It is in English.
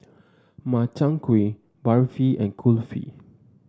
Makchang Gui Barfi and Kulfi